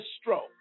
stroke